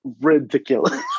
ridiculous